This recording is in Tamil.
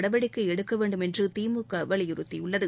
நடவடிக்கை எடுக்க வேண்டும் என்று திமுக வலியுறுத்தியுள்ளது